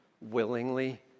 willingly